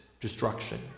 destruction